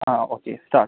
ah okay start